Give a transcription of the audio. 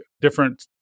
different